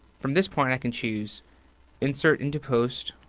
from this point, i can choose insert into post.